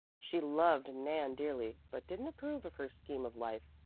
she loved nan dearly, but didn't approve of her scheme of life,